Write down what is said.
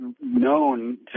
known